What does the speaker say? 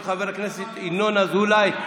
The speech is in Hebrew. של חבר הכנסת ינון אזולאי.